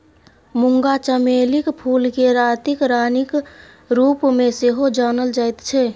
मूंगा चमेलीक फूलकेँ रातिक रानीक रूपमे सेहो जानल जाइत छै